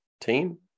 team